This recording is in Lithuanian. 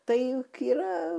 tai yra